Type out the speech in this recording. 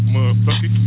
Motherfucker